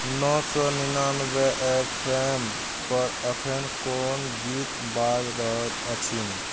नओ सए निनानबे एफ एम पर एखन कोन गीत बाजि रहल अछि